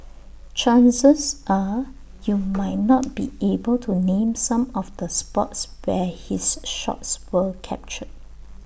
chances are you might not be able to name some of the spots where his shots were captured